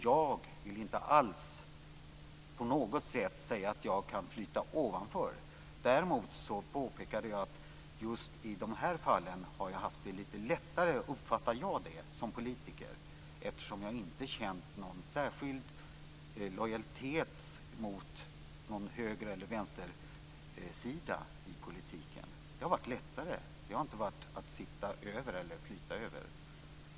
Jag vill inte alls på något sätt säga att jag kan flyta ovanför. Däremot påpekade jag att i just de här fallen har jag haft det lite lättare som politiker, uppfattar jag det, eftersom jag inte känt någon särskild lojalitet mot någon höger eller vänstersida i politiken. Det har varit lättare. Det har inte varit att sitta över eller att flyta över.